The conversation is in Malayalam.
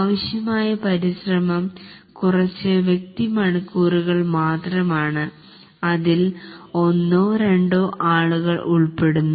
ആവശ്യമായ പരിശ്രമം കുറച്ചു വൃക്തി മണിക്കൂറുകൾ മാത്രമാണ് അതിൽ ഒന്നോ രണ്ടോ ആളുകൾ ഉൾപ്പെടുന്നു